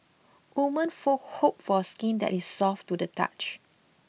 women for hope for skin that is soft to the touch